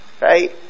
right